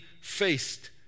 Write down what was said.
faced